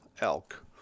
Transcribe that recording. elk